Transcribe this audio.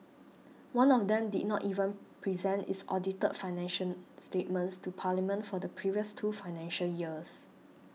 one of them did not even present its audited financial statements to Parliament for the previous two financial years